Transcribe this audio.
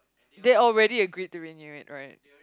they already agreed to renew it right